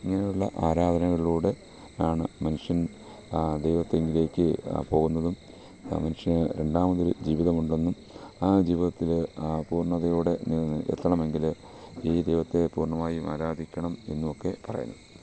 ഇങ്ങനെയുള്ള ആരാധനകളിലൂടെ ആണ് മനുഷ്യൻ ദൈവത്തിങ്കലേക്ക് പോകുന്നതും മനുഷ്യന് രണ്ടാമതൊരു ജീവിതം ഉണ്ടെന്നും ആ ജീവിതത്തില് പൂർണ്ണതയോടെ എത്തണമെങ്കില് ഈ ദൈവത്തെ പൂർണ്ണമായും ആരാധിക്കണം എന്നുമൊക്കെ പറയുന്നത്